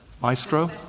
Maestro